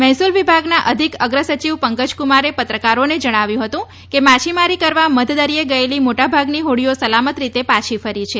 મહેસુલ વિભાગના અધિક અગ્રસચિવ પંકજકુમારે પત્રકારોને જણાવ્યું હતું કે માછીમારી કરવા મધદરિયે ગયેલી મોટા ભાગની હોડીઓ સલામત રીતે પાછી ફરી છે